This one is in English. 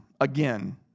again